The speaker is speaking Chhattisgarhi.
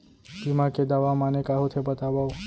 बीमा के दावा माने का होथे बतावव?